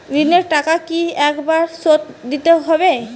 ঋণের টাকা কি একবার শোধ দিতে হবে?